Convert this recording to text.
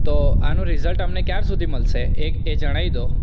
તો આનું રીઝલ્ટ અમને ક્યાં સુધી મળશે એક એ જણાવી દો